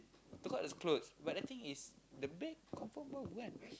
take out just throw but the thing is the bed confirm when